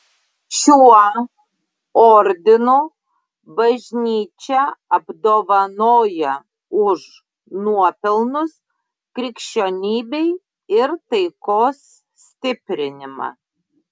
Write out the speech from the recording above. šiuo ordinu bažnyčia apdovanoja už nuopelnus krikščionybei ir taikos stiprinimą